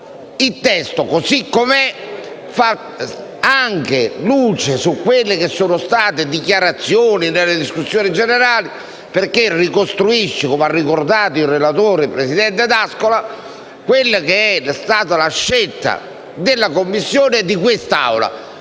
Il testo, così com'è, fa anche luce su quelle che sono state dichiarazioni in sede di discussione generale, perché ricostruisce, come ha ricordato il relatore, il presidente D'Ascola, quella che è stata la scelta della Commissione e di quest'Assemblea: